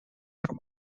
from